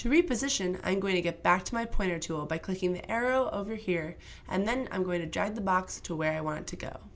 to reposition i'm going to get back to my pointer to it by clicking the arrow over here and then i'm going to drive the box to where i want to go